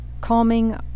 calming